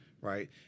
right